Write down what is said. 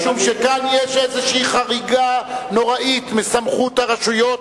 משום שכאן יש איזו חריגה נוראית מסמכות הרשויות,